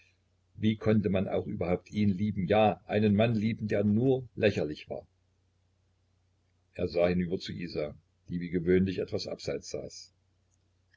wie konnte man auch überhaupt ihn lieben ja einen mann lieben der nur lächerlich war er sah hinüber zu isa die wie gewöhnlich etwas abseits saß